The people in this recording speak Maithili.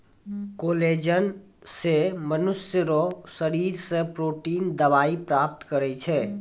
कोलेजन से मनुष्य रो शरीर से प्रोटिन दवाई प्राप्त करै छै